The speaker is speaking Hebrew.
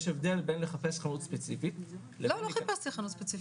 יש הבדל בין לחפש חנות ספציפית --- לא חיפשתי חנות ספציפית.